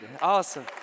Awesome